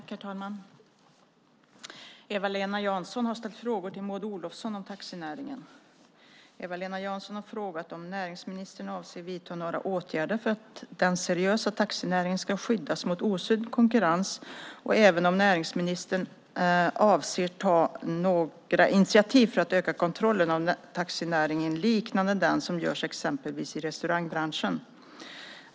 Herr talman! Eva-Lena Jansson har ställt frågor till Maud Olofsson om taxinäringen. Eva-Lena Jansson har frågat om näringsministern avser att vidta några åtgärder för att den seriösa taxinäringen ska skyddas mot osund konkurrens och även om näringsministern avser att ta några initiativ för att öka kontrollen av taxinäringen liknande den som görs exempelvis i restaurangbranschen.